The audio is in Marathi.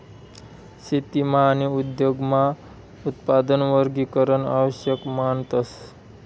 शेतीमा आणि उद्योगमा उत्पादन वर्गीकरण आवश्यक मानतस